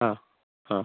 ആ ആ